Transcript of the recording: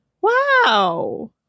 Wow